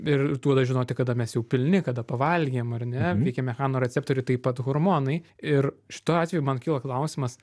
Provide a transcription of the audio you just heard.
ir duoda žinoti kada mes jau pilni kada pavalgėm ar ne veikia mechanoreceptoriai taip pat hormonai ir šituo atveju man kyla klausimas